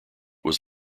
was